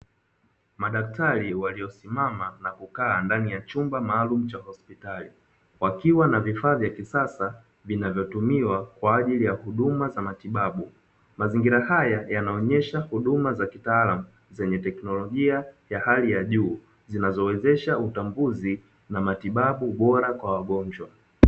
Madaktali walio simama na kukaa ndani ya chumba maalum cha hospitali, Wakiwa na vifaa vya kisasa vinavyo tumiwa kwaajili ya huduma za matibabu, mazingira haya yanaonyeha huduma za kitaalamu zenye teknolojia ya hali ya juu zinazo wezesha utambuzi na matibabu bora kwa wagonjwa.